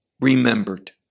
remembered